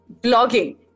blogging